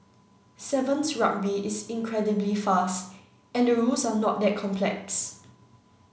sevens Rugby is incredibly fast and the rules are not that complex